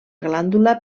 glàndula